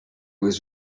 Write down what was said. was